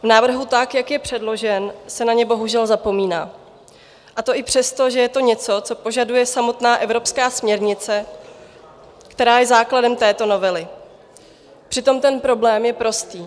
V návrhu tak, jak je předložen, se na ně bohužel zapomíná, a to i přesto, že je to něco, co požaduje samotná evropská směrnice, která je základem této novely, přitom ten problém je prostý.